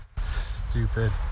stupid